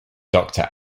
doctor